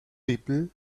people